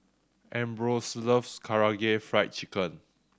Ambrose loves Karaage Fried Chicken